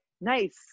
nice